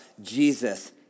Jesus